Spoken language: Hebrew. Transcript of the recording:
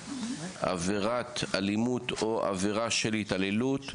עבירת אלימות או עבירה של התעללות,